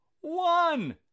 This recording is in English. one